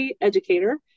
educator